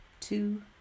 two